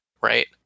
right